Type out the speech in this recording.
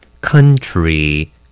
country